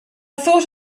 thought